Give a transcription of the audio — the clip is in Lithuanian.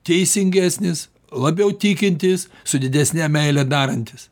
teisingesnis labiau tikintis su didesne meile darantis